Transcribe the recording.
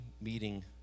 meeting